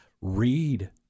Read